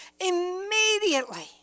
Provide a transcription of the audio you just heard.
Immediately